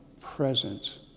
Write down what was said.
presence